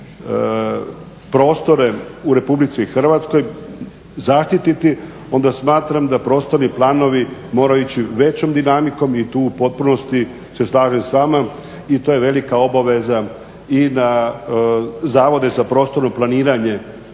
prostore u RH zaštititi onda smatram da prostorni planovi moraju ići većom dinamikom i tu u potpunosti se slažem s vama. I to je velika obaveza i na zavode za prostorno planiranje